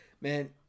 man